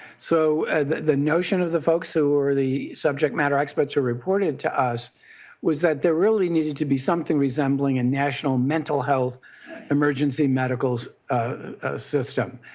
so the the notion of the folks who are the subject matter experts who reported to us was that there really needed to be something resembling a national mental health emergency medical ah system.